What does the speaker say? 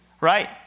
right